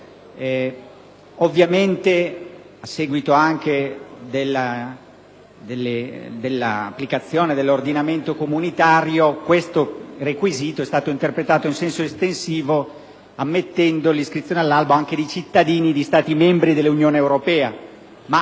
Ovviamente, a seguito anche dell'applicazione dell'ordinamento comunitario, il requisito è stato interpretato in senso estensivo ammettendo l'iscrizione all'albo anche di cittadini di Stati membri dell'Unione europea.